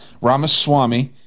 Ramaswamy